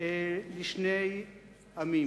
לשני עמים.